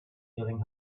feeling